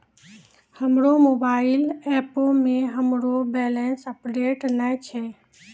हमरो मोबाइल एपो मे हमरो बैलेंस अपडेट नै छै